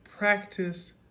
Practice